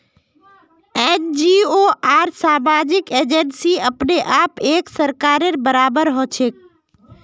NGO आर सामाजिक agency अपने आप एक सरकारेर बराबर हछेक